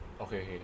okay